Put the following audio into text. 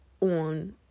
on